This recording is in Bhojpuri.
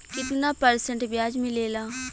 कितना परसेंट ब्याज मिलेला?